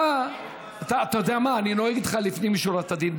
אתה יודע מה, אני נוהג איתך לפנים משורת הדין.